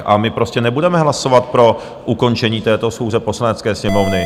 A my prostě nebudeme hlasovat pro ukončení této schůze Poslanecké sněmovny.